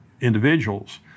individuals